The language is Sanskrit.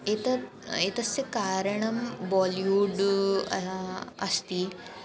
एतत् एतस्य कारणं बालिवुड् अस्ति